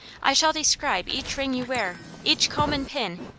i shall describe each ring you wear, each comb and pin,